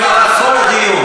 מפריעה לראש הממשלה,